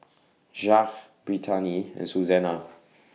Jacque Brittaney and Suzanna